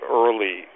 early